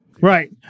Right